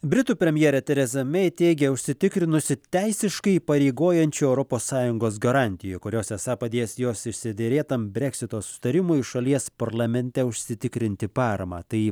britų premjerė tereza mei teigė užsitikrinusi teisiškai įpareigojančių europos sąjungos garantijų kurios esą padės jos išsiderėtam breksito susitarimui šalies parlamente užsitikrinti paramą tai ji